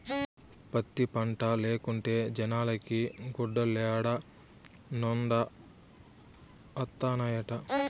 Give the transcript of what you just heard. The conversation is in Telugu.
పత్తి పంటే లేకుంటే జనాలకి గుడ్డలేడనొండత్తనాయిట